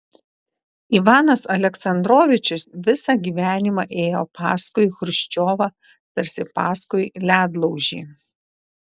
ivanas aleksandrovičius visą gyvenimą ėjo paskui chruščiovą tarsi paskui ledlaužį